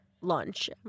lunch